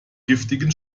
giftigen